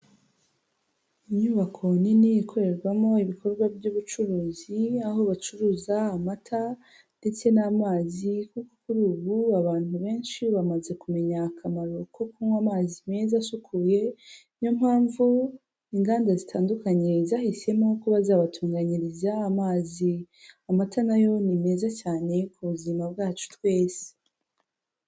Inyubako nini ikorerwamo ibikorwa by'ubucuruzi, aho bacuruza amata ndetse n'amazi, kuko kuri ubu abantu benshi bamaze kumenya akamaro ko kunywa amazi meza asukuye, ni yo mpamvu inganda zitandukanye zahisemo ko bazabatunganyiriza amazi. Amata na yo ni meza cyane ku buzima bwacu twese.